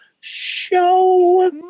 show